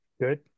good